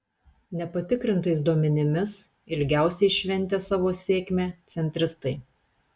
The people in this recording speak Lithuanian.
nepatikrintais duomenimis ilgiausiai šventė savo sėkmę centristai